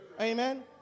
Amen